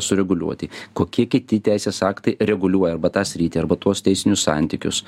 sureguliuoti kokie kiti teisės aktai reguliuoja arba tą sritį arba tuos teisinius santykius